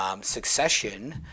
Succession